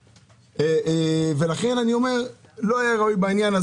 אלה המילים שנאמרו לי, זה לא סיפורים.